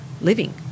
living